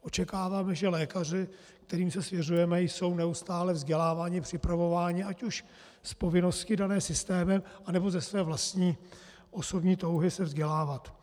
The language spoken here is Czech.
Očekáváme, že lékaři, kterým se svěřujeme, jsou neustále vzděláváni, připravováni, ať už z povinnosti dané systémem, nebo ze své vlastní osobní touhy se vzdělávat.